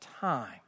time